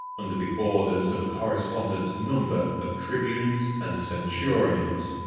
under the orders of a correspondent number of tribunes and centurions.